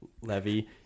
levy